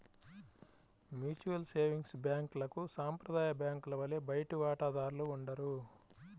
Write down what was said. mutual savings బ్యాంక్లకు సాంప్రదాయ బ్యాంకుల వలె బయటి వాటాదారులు ఉండరు